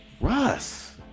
russ